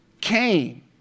came